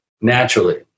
naturally